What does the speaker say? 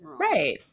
right